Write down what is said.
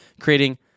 creating